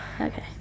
Okay